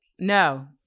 No